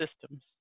systems